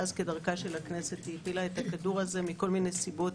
אבל כדרכה של הכנסת היא הפילה את הכדור הזה מכל מני סיבות